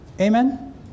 Amen